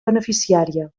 beneficiària